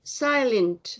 silent